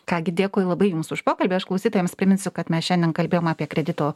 ką gi dėkui labai jums už pokalbį aš klausytojams priminsiu kad mes šiandien kalbėjom apie kredito